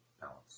balance